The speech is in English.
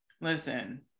listen